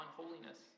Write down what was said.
unholiness